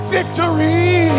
victory